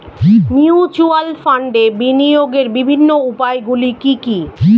Mutual ফান্ডে বিনিয়োগের বিভিন্ন উপায়গুলি কি কি?